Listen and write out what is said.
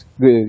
good